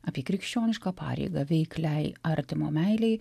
apie krikščionišką pareigą veikliai artimo meilei